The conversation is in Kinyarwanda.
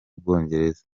bwongereza